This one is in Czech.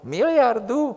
Miliardu!